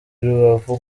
rubavu